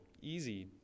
easy